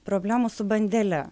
problemų su bandele